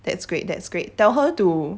that's great that's great tell her to